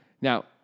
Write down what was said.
Now